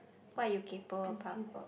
what you kaypoh about